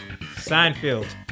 Seinfeld